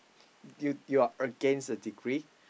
do you you are against a degree